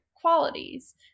qualities